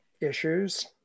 issues